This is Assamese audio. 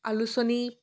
আলোচনী